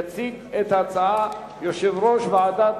יציג את ההצעה יושב-ראש ועדת